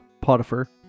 Potiphar